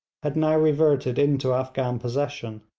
had now reverted into afghan possession.